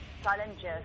challenges